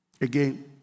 Again